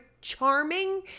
charming